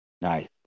nice